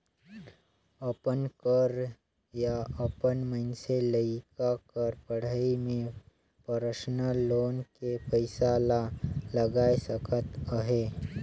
अपन कर या अपन मइनसे लइका कर पढ़ई में परसनल लोन के पइसा ला लगाए सकत अहे